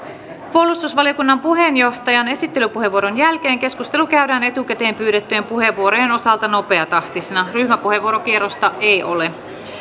puolustusvaliokunnan puheenjohtajan esittelypuheenvuoron jälkeen keskustelu käydään etukäteen pyydettyjen puheenvuorojen osalta nopeatahtisena ryhmäpuheenvuorokierrosta ei ole